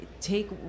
take